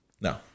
No